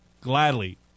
gladly